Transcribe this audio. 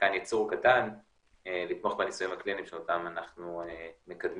מתקן ייצור קטן לתמוך בניסויים הקליניים שאותם אנחנו מקדמים